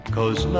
Cause